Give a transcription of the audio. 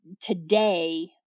today